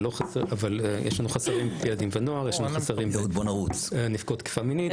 אבל יש לנו חסרים בילדים ונוער ויש לנו חסרים לגבי נפגעות תקיפה מינית.